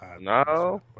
No